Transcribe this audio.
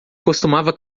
costumava